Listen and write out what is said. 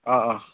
অঁ অঁ